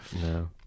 No